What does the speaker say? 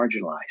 marginalized